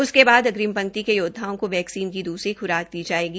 उसके बाद अग्रिम पंक्ति के योदधाओं को वैक्सीन की द्सरी ख्राक दी जायेगी